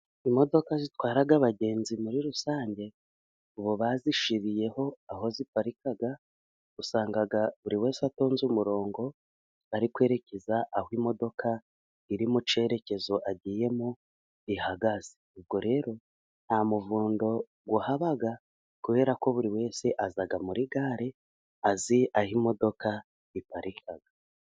Imodoka zitwara abagenzi muri rusange, ubu bazishiriyeho aho ziparika, usanga buri wese atonze umurongo ari kwerekeza aho imodoka iri, mu cyerekezo agiyemo ihagaze. Ubwo rero nta muvundo wahabaga kubera ko buri wese aza muri gare azi aho imodoka iparika.